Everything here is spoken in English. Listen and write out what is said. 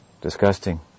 disgusting